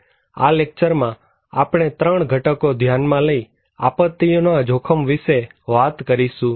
આ લેક્ચરમાં આપણે ત્રણ ઘટકો ધ્યાનમાં લઇ આપત્તિઓના જોખમ વિશે વાત કરીશું